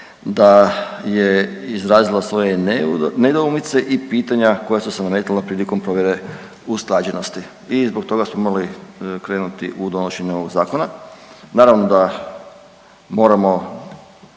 da je izrazila svoje nedoumice i pitanja koja su se nametila prilikom provjere usklađenosti i zbog toga smo morali krenuti u donošenje ovog zakona, naravno da moramo